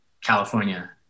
California